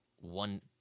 one